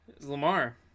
Lamar